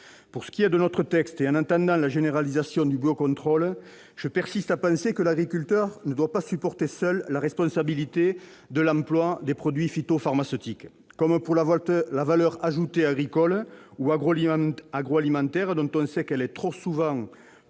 Pour ce qui est de notre texte, et en attendant la généralisation du biocontrôle, je persiste à penser que l'agriculteur ne doit pas supporter seul la responsabilité de l'emploi des produits phytopharmaceutiques. Comme pour la valeur ajoutée agricole ou agroalimentaire, dont on sait qu'elle est trop souvent trop